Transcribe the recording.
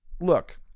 Look